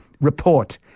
report